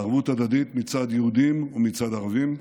ערבות הדדית מצד יהודים ומצד ערבים,